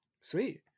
Sweet